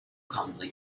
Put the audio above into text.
commonly